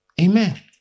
Amen